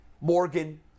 Morgan